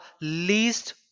least